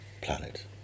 planet